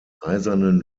eisernen